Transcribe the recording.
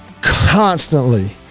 constantly